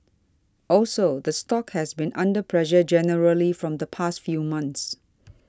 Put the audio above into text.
also the stock has been under pressure generally from the past few months